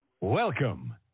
Welcome